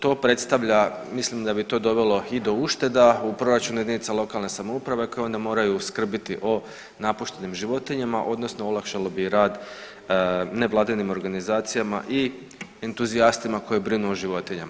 To predstavlja, mislim da bi to dovelo i do ušteda u proračunu jedinica lokalne samouprave koje onda moraju skrbiti o napuštenim životinjama odnosno olakšalo bi i rad nevladinim organizacijama i entuzijastima koji brinu o životinjama.